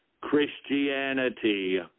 Christianity